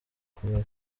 kumera